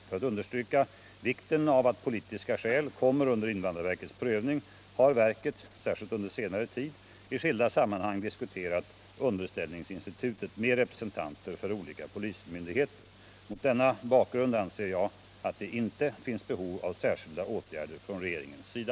För att understryka vikten av att politiska skäl kommer under invandrarverkets prövning har verket — särskilt under senare tid — i skilda sammanhang diskuterat underställningsinstitutet med representanter för olika polismyndigheter. Mot denna bakgrund anser jag att det inte finns behov av särskilda åtgärder från regeringens sida.